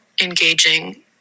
engaging